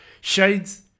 shades